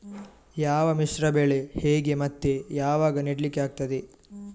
ಯಾವ ಮಿಶ್ರ ಬೆಳೆ ಹೇಗೆ ಮತ್ತೆ ಯಾವಾಗ ನೆಡ್ಲಿಕ್ಕೆ ಆಗ್ತದೆ?